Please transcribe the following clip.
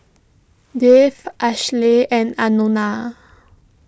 Dave Ashlea and Anona